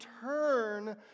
turn